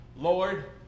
Lord